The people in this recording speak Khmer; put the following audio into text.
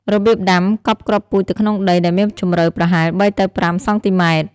របៀបដាំ កប់គ្រាប់ពូជទៅក្នុងដីដែលមានជម្រៅប្រហែល ៣ ទៅ ៥ សង់ទីម៉ែត្រ។